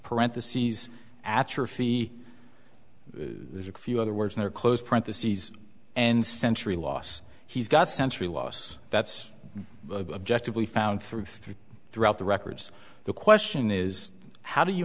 parentheses atrophy there's a few other words in there close print the seas and century loss he's got sensory loss that's objective we found through three throughout the records the question is how do you